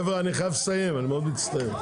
חבר'ה, אני חייב לסיים, אני מאוד מצטער.